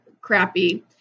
crappy